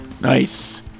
Nice